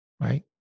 Right